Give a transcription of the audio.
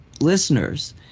listeners